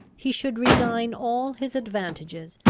he should resign all his advantages,